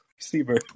receiver